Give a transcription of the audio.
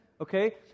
Okay